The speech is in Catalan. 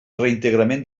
reintegrament